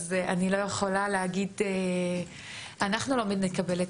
אז אני לא יכולה להגיד אנחנו לא נקבל את